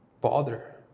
bother